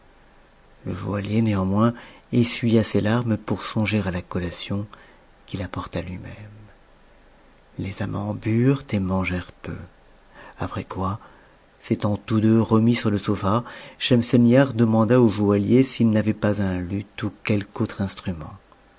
le joaillier néanmoins essuya ses larmes pour songer à la collation qu'il apporta lui-même les amants burent et mandent peu après quoi s'étant tous deux remis sur le sofa schemselnibar demanda au joaillier s'i n'avait pas un luth ou quelque autre instrument